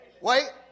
Wait